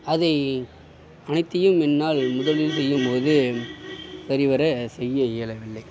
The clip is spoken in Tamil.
அதை அனைத்தையும் என்னால் முதலில் செய்யும் போது சரிவர செய்ய இயலவில்லை